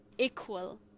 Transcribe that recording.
equal